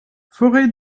forêt